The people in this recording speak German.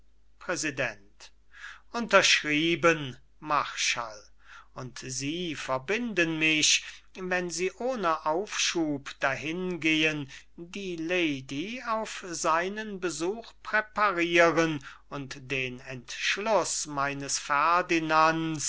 präsident unterschrieben marschall und sie verbinden mich wenn sie ohne aufschub dahin gehen die lady auf seinen besuch präparieren und den entschluß meiner ferdinands